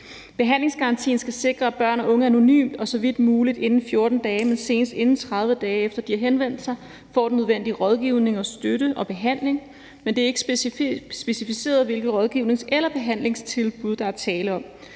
Behandlingsgarantien skal sikre, at børn af unge anonymt og så vidt muligt inden 14 dage, men senest inden 30 dage efter de har henvendt sig, får den nødvendige rådgivning og støtte og behandling, men det er ikke specificeret, hvilket rådgivnings- og behandlingstilbud der er tale om.